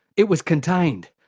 it was contained.